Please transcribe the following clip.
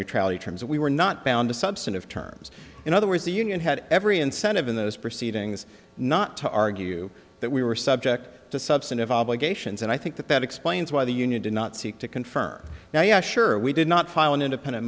neutrality terms we were not bound to substantive terms in other words the union had every incentive in those proceedings not to argue that we were subject to substantive obligations and i think that that explains why the union did not seek to confirm now yeah sure we did not file an independent